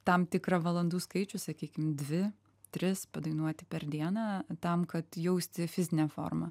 tam tikrą valandų skaičių sakykim dvi tris padainuoti per dieną tam kad jausti fizinę formą